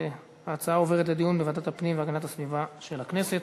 ההצעה עוברת לדיון בוועדת הפנים והגנת הסביבה של הכנסת.